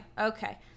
okay